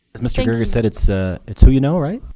as mr. gregory said, it's ah it's who you know, right?